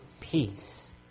peace